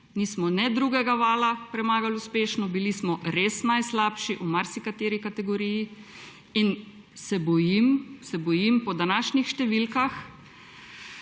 Nismo drugega vala premagali uspešno, bili smo res najslabši v marsikateri kategoriji, in se bojim, po današnjih številkah,